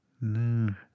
No